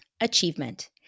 Achievement